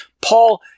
Paul